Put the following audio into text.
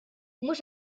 mhux